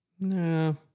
No